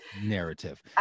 narrative